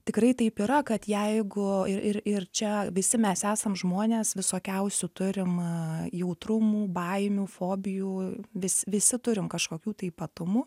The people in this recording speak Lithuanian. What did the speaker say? tikrai taip yra kad jeigu ir ir ir čia visi mes esam žmonės visokiausių turim jautrumų baimių fobijų vis visi turim kažkokių tai ypatumų